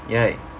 right